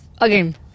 Again